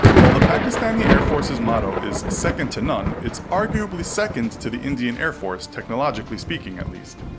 while the pakistani air force's motto is second to none it's arguably second to the indian air force, technologically speaking at least.